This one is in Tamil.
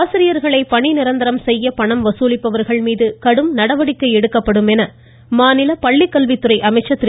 ஆசிரியர்களை பணி நிரந்தரம் செய்ய பணம் வசூலிப்பவர்கள் மீது கடும் நடவடிக்கை எடுக்கப்படும் என்று மாநில பள்ளிக்கல்வித்துறை அமைச்சா் திரு